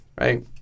right